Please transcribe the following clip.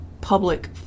public